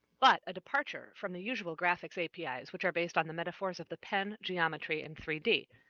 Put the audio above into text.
but a departure from the usual graphics apis, which are based on the metaphors of the pen geometry in three d.